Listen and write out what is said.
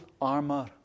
armor